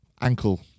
ankle